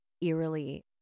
eerily